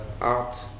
art